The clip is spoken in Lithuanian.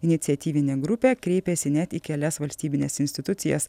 iniciatyvinė grupė kreipėsi net į kelias valstybines institucijas